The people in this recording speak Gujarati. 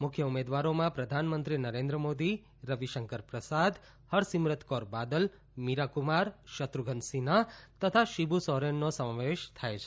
મુખ્ય ઉમેદવારોમાં પ્રધાનમંત્રી નરેન્દ્ર મોદી રવિશંકર પ્રસાદ હરસિમરત કૌર બાદલ મીરા કુમાર શત્રુધ્ન સિંહા તથા શિબુ સોરેનનો સમાવેશ થાય છે